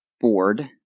board